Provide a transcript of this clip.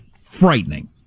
frightening